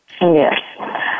Yes